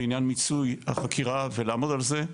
בעניין מיצוי החקירה ולעמוד על זה.